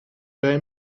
bij